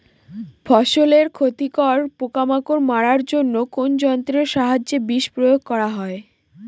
ফসলের ক্ষতিকর পোকামাকড় মারার জন্য কোন যন্ত্রের সাহায্যে বিষ প্রয়োগ করা হয়?